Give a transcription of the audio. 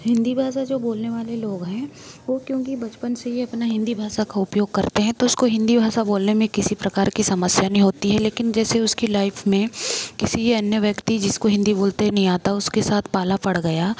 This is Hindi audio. हिंदी भाषा जो बोलने वाले लोग हैं वह क्योंकि बचपन से ही अपना हिंदी भाषा का उपयोग करते हैं तो उसको हिंदी भाषा बोलने में किसी प्रकार की समस्या नहीं होती है लेकिन जैसे उसकी लाइफ में किसी अन्य व्यक्ति जिसको हिंदी बोलते नहीं आता उसके साथ पाला पड़ गया